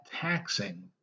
taxing